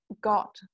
got